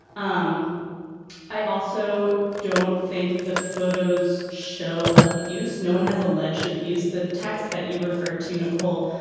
um i also don't think the photos show abuse. no one has alleged abuse the text that you referred to nicole.